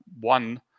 one